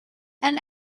and